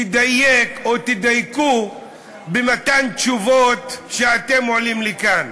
תדייק, או תדייקו, במתן תשובות כשאתם עולים לכאן.